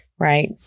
Right